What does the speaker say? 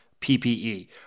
PPE